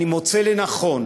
אני מוצא לנכון